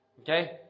Okay